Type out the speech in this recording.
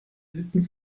hütten